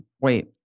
wait